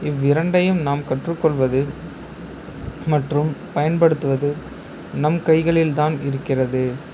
இவ்விரண்டையும் நாம் கற்றுக்கொள்வது மற்றும் பயன்படுத்துவது நம் கைகளில் தான் இருக்கிறது